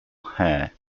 hair